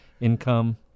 income